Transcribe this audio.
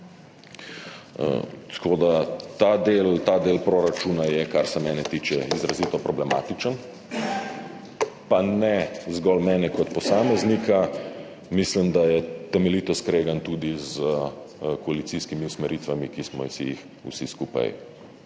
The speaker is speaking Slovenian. Ta del proračuna je, kar se mene tiče, izrazito problematičen, pa ne zgolj mene kot posameznika, mislim, da je temeljito skregan tudi s koalicijskimi usmeritvami, ki smo si jih vsi skupaj postavili.